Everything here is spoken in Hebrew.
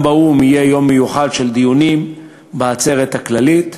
גם באו"ם יהיה יום מיוחד של דיונים בעצרת הכללית,